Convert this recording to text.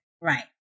Right